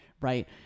right